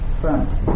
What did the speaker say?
front